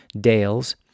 dales